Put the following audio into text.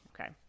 Okay